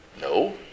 No